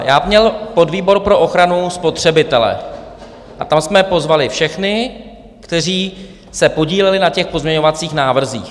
Já měl podvýbor pro ochranu spotřebitele a tam jsme pozvali všechny, kteří se podíleli na těch pozměňovacích návrzích.